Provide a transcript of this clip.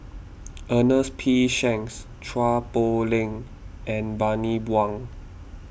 Ernest P Shanks Chua Poh Leng and Bani Buang